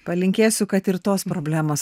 palinkėsiu kad ir tos problemos